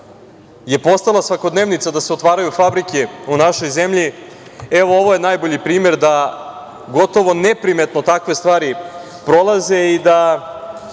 je postala svakodnevica da se otvaraju fabrike u našoj zemlji, evo, ovo je najbolji primer da gotovo neprimetno takve stvari prolaze i da